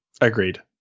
Agreed